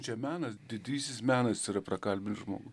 čia menas didysis menas yra prakalbint žmogų